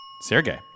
Sergey